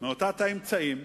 מעוטת האמצעים,